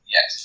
Yes